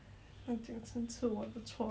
you buy this how much again